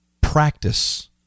practice